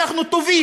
משום שאנחנו טובים,